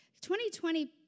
2020